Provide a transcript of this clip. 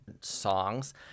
songs